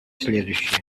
следующее